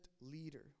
leader